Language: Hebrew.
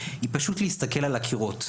היא פשוט להסתכל על הקירות,